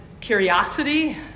curiosity